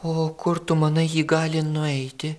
o kur tu manai ji gali nueiti